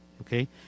okay